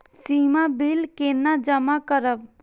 सीमा bill केना जमा करब?